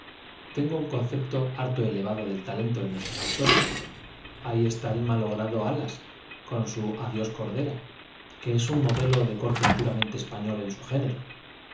tengo un concepto harto elevado del talento de nuestros autores ahí está el malogrado alas con su i adiós cordera que es ua modelo de corte pura mente español en su género